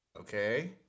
Okay